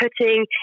putting